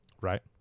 right